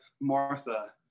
Martha